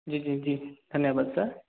G ଜି ଜି ଧନ୍ୟବାଦ୍ ସାର୍